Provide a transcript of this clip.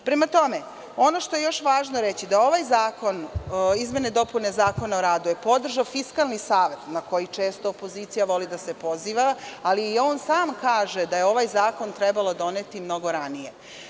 Ono što je još važno reći je da je ove izmene i dopune Zakona o radu podržao Fiskalni savet, na koji često opozicija voli da se poziva, ali i on sam kaže da je ovaj zakon trebalo doneti mnogo ranije.